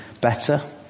better